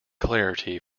clarity